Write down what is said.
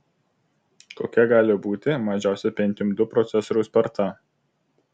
kokia gali būti mažiausia pentium ii procesoriaus sparta